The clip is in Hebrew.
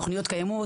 תוכניות קיימות,